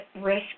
risk